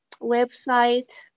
website